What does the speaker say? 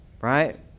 Right